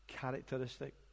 Characteristic